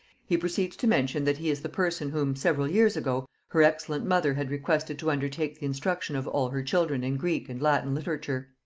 he proceeds to mention, that he is the person whom, several years ago, her excellent mother had requested to undertake the instruction of all her children in greek and latin literature.